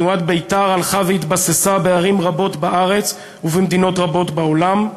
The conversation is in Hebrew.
תנועת בית"ר הלכה והתבססה בערים רבות בארץ ובמדינות רבות בעולם.